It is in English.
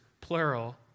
plural